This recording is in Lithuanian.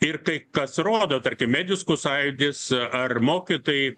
ir kai kas rodo tarkim mediskų sąjūdis ar mokytojai